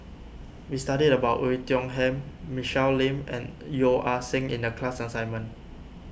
we studied about Oei Tiong Ham Michelle Lim and Yeo Ah Seng in the class assignment